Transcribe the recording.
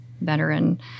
veteran